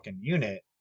unit